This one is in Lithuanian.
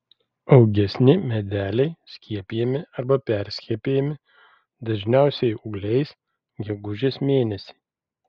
augesni medeliai skiepijami arba perskiepijami dažniausiai ūgliais gegužės mėnesį